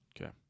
Okay